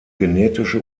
genetische